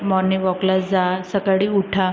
morning वॉकला जा सकाळी उठा